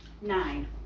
Nine